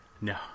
No